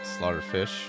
Slaughterfish